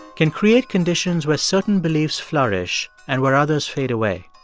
can create conditions where certain beliefs flourish and where others fade away.